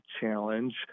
challenge